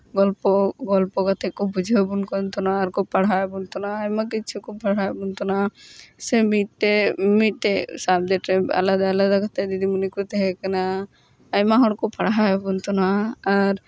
ᱜᱚᱞᱯᱚ ᱜᱚᱞᱯᱚ ᱠᱟᱛᱮ ᱠᱚ ᱵᱩᱡᱷᱟᱹᱣ ᱵᱚᱱ ᱠᱟᱱ ᱛᱟᱦᱮᱱᱟ ᱟᱨᱠᱚ ᱯᱟᱲᱦᱟᱣᱮᱜ ᱵᱚᱱ ᱛᱟᱦᱮᱱᱟ ᱟᱭᱢᱟ ᱠᱤᱪᱷᱩ ᱠᱚ ᱯᱟᱲᱦᱟᱣᱮᱜ ᱵᱚᱱ ᱛᱟᱦᱮᱱᱟ ᱥᱮ ᱢᱤᱫᱴᱮᱡ ᱢᱤᱫᱴᱮᱡ ᱥᱟᱵᱡᱮᱠᱴ ᱨᱮ ᱟᱞᱟᱫᱟ ᱟᱞᱟᱫᱟ ᱠᱟᱛᱮ ᱫᱤᱫᱤᱢᱚᱱᱤ ᱠᱚ ᱛᱟᱦᱮᱸ ᱠᱟᱱᱟ ᱟᱭᱢᱟ ᱦᱚᱲ ᱠᱚ ᱯᱟᱲᱦᱟᱣᱮᱜ ᱵᱚᱱ ᱛᱟᱦᱮᱱᱟ ᱟᱨ